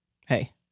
Hey